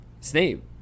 Snape